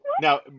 Now